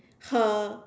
her